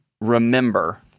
remember